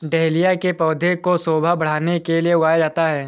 dahlia के पौधे को शोभा बढ़ाने के लिए लगाया जाता है